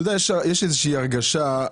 יש איזושהי הרגשה,